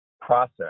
process